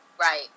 Right